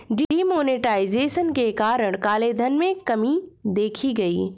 D monetization के कारण काले धन में कमी देखी गई